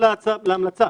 להוסיף משהו להמלצה.